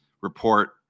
report